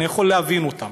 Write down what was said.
אני יכול להבין אותם.